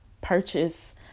purchase